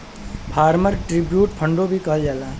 farmer tribute फ़ंडो भी कहल जाला